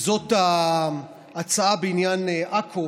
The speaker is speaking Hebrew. וזו ההצעה בעניין עכו